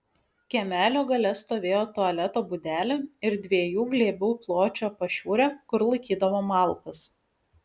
kiemelio gale stovėjo tualeto būdelė ir dviejų glėbių pločio pašiūrė kur laikydavo malkas